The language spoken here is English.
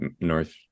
north